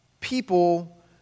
people